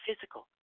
physical